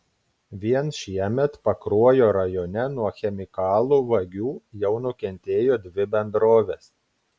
vien šiemet pakruojo rajone nuo chemikalų vagių jau nukentėjo dvi bendrovės